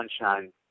sunshine